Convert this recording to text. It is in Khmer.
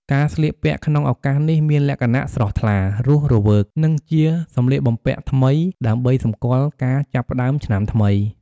ការស្លៀកពាក់ក្នុងឱកាសនេះមានលក្ខណៈស្រស់ថ្លា រស់រវើក និងជាសម្លៀកបំពាក់ថ្មី ដើម្បីសម្គាល់ការចាប់ផ្តើមឆ្នាំថ្មី។